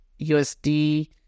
USD